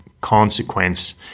consequence